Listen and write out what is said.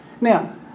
Now